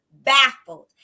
baffled